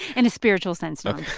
and a spiritual sense. no,